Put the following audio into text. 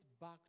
back